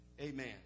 Amen